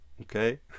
okay